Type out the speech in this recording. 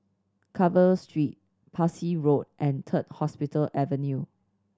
Carver Street Parsi Road and Third Hospital Avenue